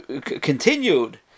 continued